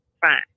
fine